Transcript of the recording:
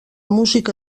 música